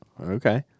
Okay